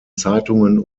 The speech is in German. zeitungen